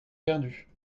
perdus